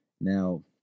Now